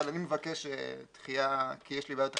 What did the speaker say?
אבל אני מבקש דחייה כי יש לי בעיות אחרות.